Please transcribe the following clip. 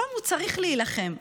שם הוא צריך להילחם.